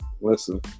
listen